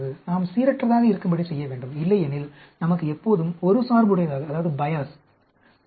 நாம் சீரற்றதாக இருக்கும்படி செய்ய வேண்டும் இல்லையெனில் நமக்கு எப்போதும் ஒரு சார்புடையதாகவே இருக்கும்